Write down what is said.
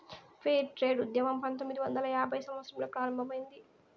fair trade ఉద్యమం పంతొమ్మిదవ వందల యాభైవ సంవత్సరంలో ప్రారంభమైంది